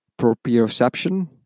proprioception